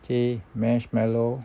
k marshmallow